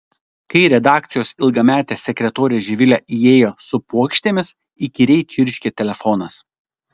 kai redakcijos ilgametė sekretorė živilė įėjo su puokštėmis įkyriai čirškė telefonas